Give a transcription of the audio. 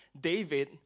David